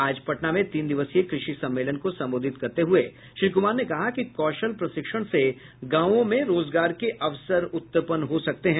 आज पटना में तीन दिवसीय कृषि सम्मेलन को संबोधित करते हुए श्री कुमार ने कहा कि कौशल प्रशिक्षण से गांवों में रोजगार के अवसर उत्पन्न हो सकते हैं